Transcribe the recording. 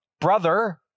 brother